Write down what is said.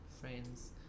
Friends